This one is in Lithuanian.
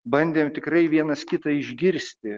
bandėm tikrai vienas kitą išgirsti